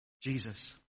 Jesus